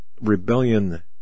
Rebellion